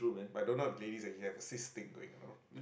but I don't know if ladies actually have a sis thing going or not